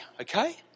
okay